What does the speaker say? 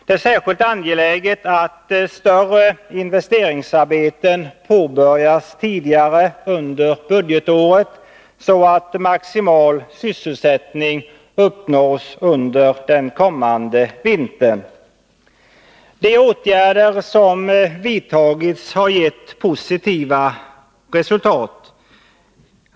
Det är särskilt angeläget att större investeringsarbeten påbörjas tidigt under budgetåret, så att maximal sysselsättning uppnås under den kommande vintern. De åtgärder som vidtagits har gett positiva resultat.